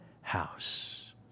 house